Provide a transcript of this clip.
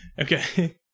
Okay